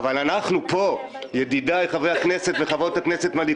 דיברה פה חברת הכנסת קטי שטרית על בעיות קשות במערכת החינוך.